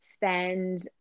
spend